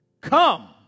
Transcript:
come